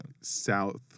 South